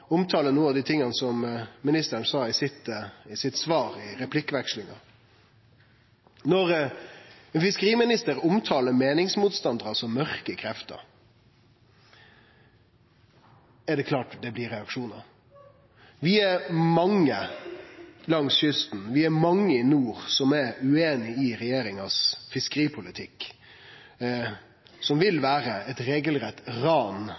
av det som ministeren sa i sitt svar i replikkvekslinga. Når fiskeriministeren omtaler meiningsmotstandarar som «mørke krefter», er det klart at det blir reaksjonar. Vi er mange langs kysten, vi er mange i nord, som er ueinige i regjeringas fiskeripolitikk, som vil vere eit regelrett ran